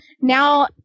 now